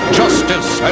justice